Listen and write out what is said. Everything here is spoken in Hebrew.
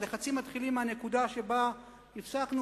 והלחצים מתחילים מהנקודה שבה הפסקנו.